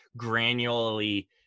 granularly